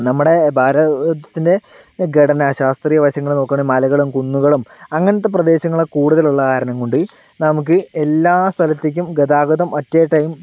നമ്മുടെ ഭാരതത്തിൻ്റെ ഘടന ശാസ്ത്രീയ വശങ്ങൾ നോക്കുകയാണെങ്കിൽ മലകളും കുന്നുകളും അങ്ങനത്തെ പ്രദേശങ്ങളും കൂടുതലുള്ള കാരണം കൊണ്ട് നമുക്ക് എല്ലാ സ്ഥലത്തേക്കും ഗതാഗതം അറ്റ് എ ടൈം